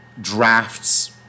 drafts